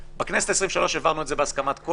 בכנסת העשרים-ושלוש העברנו את זה בהסכמת כל